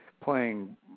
playing